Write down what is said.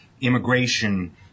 immigration